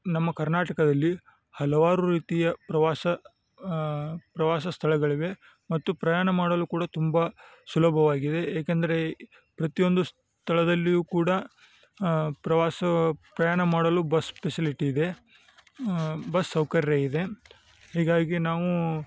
ನಮ್ಮ ಕರ್ನಾಟಕದಲ್ಲಿ ಹಲವಾರು ರೀತಿಯ ಪ್ರವಾಸ ಪ್ರವಾಸ ಸ್ಥಳಗಳಿವೆ ಮತ್ತು ಪ್ರಯಾಣ ಮಾಡಲು ಕೂಡ ತುಂಬ ಸುಲಭವಾಗಿದೆ ಏಕೆಂದರೆ ಪ್ರತಿಯೊಂದು ಸ್ಥಳದಲ್ಲಿಯು ಕೂಡ ಪ್ರವಾಸ ಪ್ರಯಾಣ ಮಾಡಲು ಬಸ್ ಪೆಸಿಲಿಟಿ ಇದೆ ಬಸ್ ಸೌಕರ್ಯ ಇದೆ ಹೀಗಾಗಿ ನಾವು